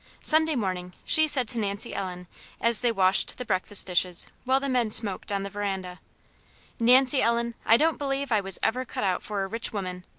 sunday morning she said to nancy ellen as they washed the breakfast dishes, while the men smoked on the veranda nancy ellen, i don't believe i was ever cut out for a rich woman!